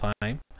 time